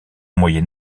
moyen